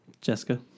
Jessica